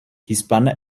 hispana